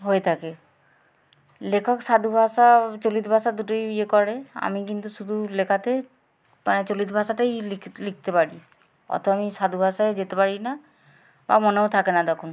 হয়ে থাকে লেখক সাধু ভাষা চলিত ভাষা দুটোই ইয়ে করে আমি কিন্তু শুধু লেখাতে মানে চলিত ভাষাটাই লিখতে পারি অত আমি সাধু ভাষায় যেতে পারি না বা মনেও থাকে না তখন